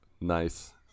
nice